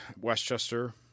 Westchester